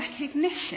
recognition